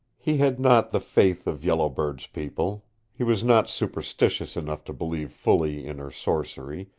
he had not the faith of yellow bird's people he was not superstitious enough to believe fully in her sorcery,